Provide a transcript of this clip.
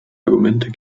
argumente